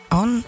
on